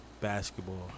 basketball